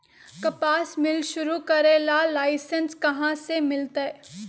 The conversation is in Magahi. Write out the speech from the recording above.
कपास मिल शुरू करे ला लाइसेन्स कहाँ से मिल तय